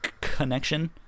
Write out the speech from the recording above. connection